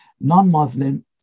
non-Muslim